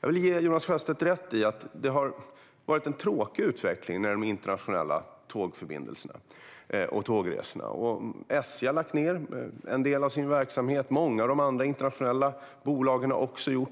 Jag vill ge Jonas Sjöstedt rätt i att det har varit en tråkig utveckling för de internationella tågförbindelserna och tågresorna. SJ har lagt ned en del av sin verksamhet, och det har många internationella bolag också gjort.